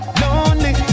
lonely